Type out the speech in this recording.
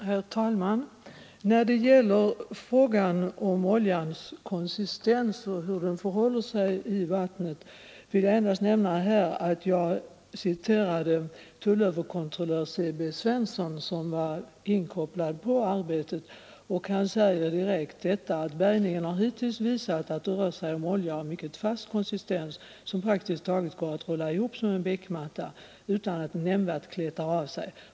Herr talman! Beträffande frågan om oljans konsistens och hur den förhåller sig i vattnet vill jag endast säga att jag citerade ett uttalande av tullöverkontrollör S.B. Svensson, som var inkopplad på arbetet. Han säger: ”Bärgningen hittills har visat att det rör sig om olja av mycket fast konsistens som praktiskt taget går att rulla ihop som en beckmatta utan att den nämnvärt kletar av sig.